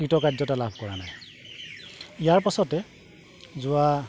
কৃতকাৰ্যতা লাভ কৰা নাই ইয়াৰ পাছতে যোৱা